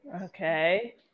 Okay